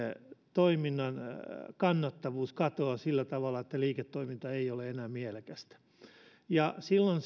toiminnan kannattavuus katoaa sillä tavalla että liiketoiminta ei ole enää mielekästä ja silloin